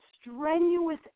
strenuous